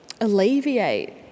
alleviate